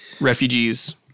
refugees